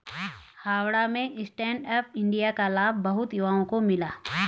हावड़ा में stand up India का लाभ बहुत युवाओं को मिला